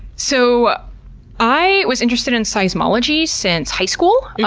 so i was interested in seismology since high school.